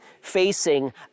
facing